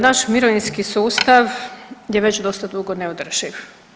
Naš mirovinski sustav je već dosta dugo neodrživ.